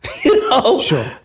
Sure